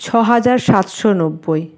ছ হাজার সাতশো নব্বই